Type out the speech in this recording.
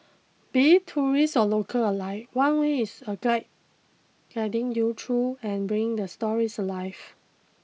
be it tourists or locals alike one way is a guide guiding you through and bringing the stories alive